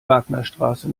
wagnerstraße